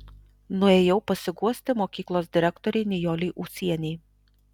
nuėjau pasiguosti mokyklos direktorei nijolei ūsienei